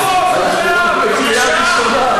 יריב, על החוק, מילה בבקשה.